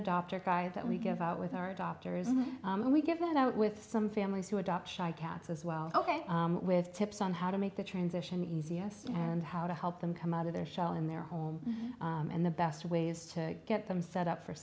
adopter guy that we give out with our adopters and we give that out with some families who adopt shy cats as well ok with tips on how to make the transition easiest and how to help them come out of their shell in their home and the best way is to get them set up for